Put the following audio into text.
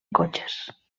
cotxes